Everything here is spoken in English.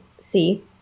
see